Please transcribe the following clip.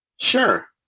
Sure